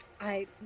I-